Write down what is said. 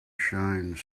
shines